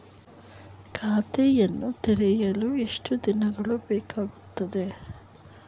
ಖಾತೆಯನ್ನು ತೆರೆಯಲು ಎಷ್ಟು ದಿನಗಳು ಬೇಕಾಗುತ್ತದೆ?